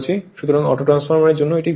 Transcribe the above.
সুতরাং অটোট্রান্সফর্মারের জন্য এটি ঘটে